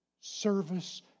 service